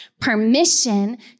permission